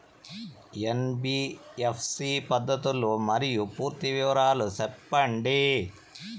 NBFC పద్ధతులు మరియు పూర్తి వివరాలు సెప్పండి?